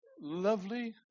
lovely